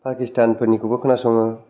पाकिस्तान फोरनिखौबो खोनासङो